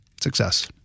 success